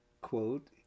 quote